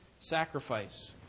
sacrifice